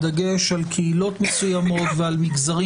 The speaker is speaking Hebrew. בדגש על קהילות מסוימות ועל מגזרים